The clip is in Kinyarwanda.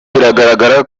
biragaragara